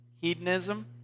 hedonism